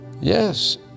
Yes